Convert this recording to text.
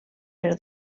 per